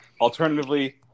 Alternatively